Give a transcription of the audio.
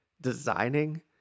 designing